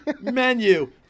Menu